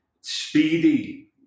speedy